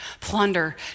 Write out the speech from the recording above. plunder